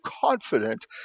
confident